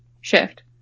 shift